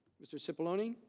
mr. cipollone,